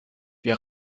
wir